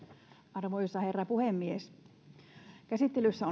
arvoisa herra puhemies käsittelyssä